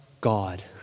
God